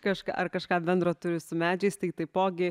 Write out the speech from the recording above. kažką ar kažką bendro turi su medžiais tai taipogi